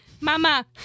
Mama